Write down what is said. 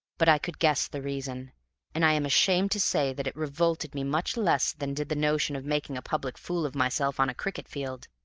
but i could guess the reason and i am ashamed to say that it revolted me much less than did the notion of making a public fool of myself on a cricket-field.